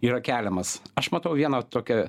yra keliamas aš matau vieną tokią